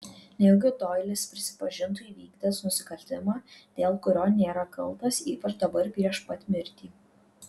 nejaugi doilis prisipažintų įvykdęs nusikaltimą dėl kurio nėra kaltas ypač dabar prieš pat mirtį